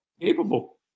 capable